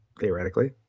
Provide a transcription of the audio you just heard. theoretically